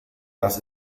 das